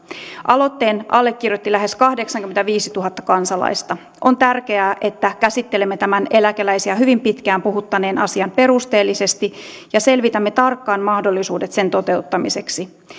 aloitteen allekirjoitti lähes kahdeksankymmentäviisituhatta kansalaista on tärkeää että käsittelemme tämän eläkeläisiä hyvin pitkään puhuttaneen asian perusteellisesti ja selvitämme tarkkaan mahdollisuudet sen toteuttamiseksi